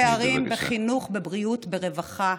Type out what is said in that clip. הפערים בחינוך, בבריאות, ברווחה,